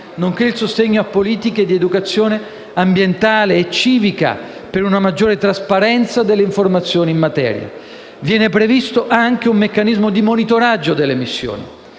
nonché il sostegno a politiche di educazione ambientale e civica per una maggiore trasparenza delle informazioni in materia. Viene anche previsto un meccanismo di monitoraggio delle emissioni,